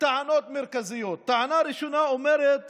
טענות מרכזיות: הטענה הראשונה אומרת